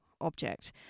object